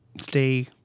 stay